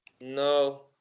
No